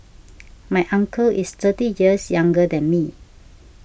my uncle is thirty years younger than me